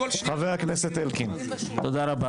תודה.